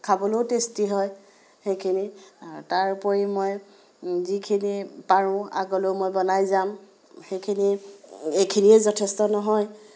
খাবলৈও টেষ্টি হয় সেইখিনি তাৰোপৰি মই যিখিনি পাৰোঁ আগলৈও মই বনাই যাম সেইখিনি এইখিনিয়ে যথেষ্ট নহয়